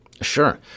Sure